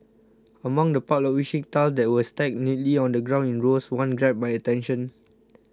among the pile of wishing tiles that were stacked neatly on the ground in rows one grabbed my attention